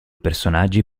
personaggi